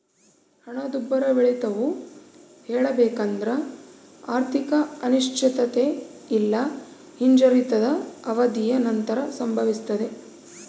ಹಣದುಬ್ಬರವಿಳಿತವು ಹೇಳಬೇಕೆಂದ್ರ ಆರ್ಥಿಕ ಅನಿಶ್ಚಿತತೆ ಇಲ್ಲಾ ಹಿಂಜರಿತದ ಅವಧಿಯ ನಂತರ ಸಂಭವಿಸ್ತದೆ